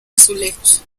azulejos